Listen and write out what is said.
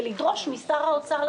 ולדרוש משר האוצר,